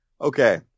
okay